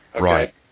Right